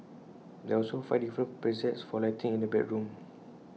there are also five different presets for lighting in the bedroom